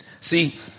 See